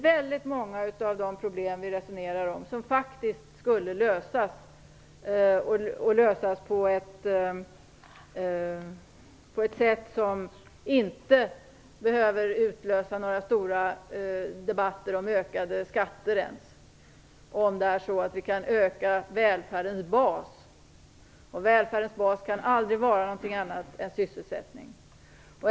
Väldigt många av de problem som vi resonerar om skulle faktiskt lösas på ett sätt som inte ens behövde utlösa några stora debatter om ökade skatter, om vi kan utöka välfärdens bas. Välfärdens bas kan aldrig vara något annat än sysselsättning.